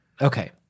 Okay